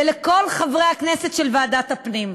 ולכל חברי הכנסת של ועדת הפנים: